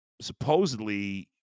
supposedly –